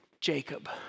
Jacob